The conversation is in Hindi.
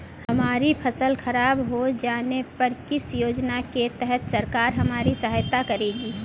हमारी फसल खराब हो जाने पर किस योजना के तहत सरकार हमारी सहायता करेगी?